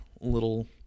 little